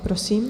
Prosím.